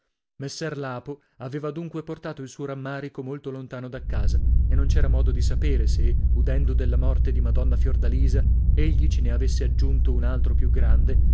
messer lapo aveva dunque portato il suo rammarico molto lontano da casa e non c'era modo di sapere se udendo della morte di madonna fiordalisa egli ce ne avesse aggiunto un altro più grande